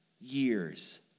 years